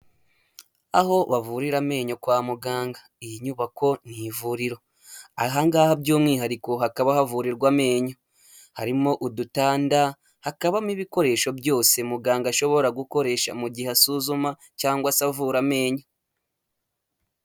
Aho bavurira amenyo kwa muganga, iyi nyubako ni ivuriro, aha ngaha by'umwihariko hakaba havurirwa amenyo, harimo udutanda, hakabamo ibikoresho byose muganga ashobora gukoresha mu gihe asuzuma cyangwa se avura amenyo.